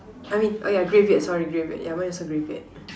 I mean oh yeah grey beard sorry grey beard ya mine also grey beard